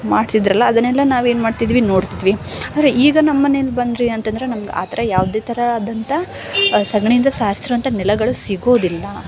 ಮಾಡ್ತಿದ್ದರಲ್ಲ ಅದನ್ನೆಲ್ಲ ನಾವೇನು ಮಾಡ್ತಿದ್ವಿ ನೋಡ್ತಿದ್ವಿ ಆದರೆ ಈಗ ನಮ್ಮನೆಯಲ್ಲಿ ಬಂದರೆ ಅಂತಂದ್ರೆ ನಮ್ಗೆ ಆ ಥರ ಯಾವುದೇ ಥರ ಆದಂಥ ಸಗಣಿಯಿಂದ ಸಾರ್ಸಿರುವಂಥ ನೆಲಗಳು ಸಿಗೋದಿಲ್ಲ